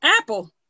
Apple